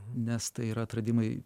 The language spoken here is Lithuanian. nes tai yra atradimai